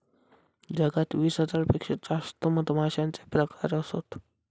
जगात वीस हजार पेक्षा जास्त मधमाश्यांचे प्रकार असत